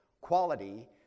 quality